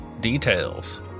details